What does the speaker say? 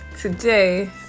today